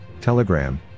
Telegram